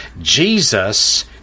Jesus